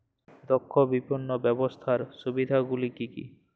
দক্ষ বিপণন ব্যবস্থার সুবিধাগুলি কি কি?